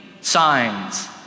signs